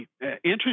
interesting